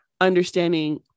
understanding